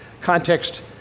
context